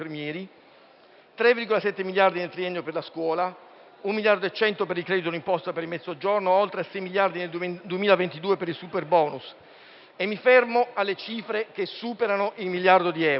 3,7 miliardi nel triennio per la scuola; 1,1 miliardi per il credito d'imposta per il Mezzogiorno, oltre a 6 miliardi nel 2022 per il superbonus e mi fermo alle cifre che superano il miliardo di euro.